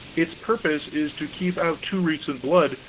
its purpose is to keep out too recent blood,